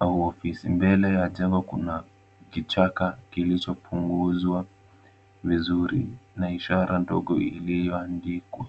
au ofisi. Mbele ya jengo kuna kichaka kilichopunguzwa vizuri na ishara ndogo iliyoandikwa.